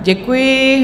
Děkuji.